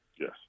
Yes